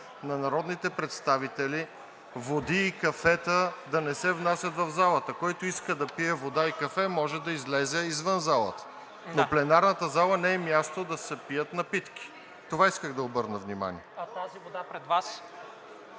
на народните представители води и кафета да не се внасят в залата. Който иска да пие вода и кафе, може да излезе извън залата, но пленарната зала не е място да се пият напитки. На това исках да обърна внимание. АСЕН ВАСИЛЕВ: А тази вода пред Вас